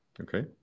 okay